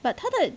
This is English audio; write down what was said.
but 她的